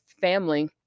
family